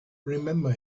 remember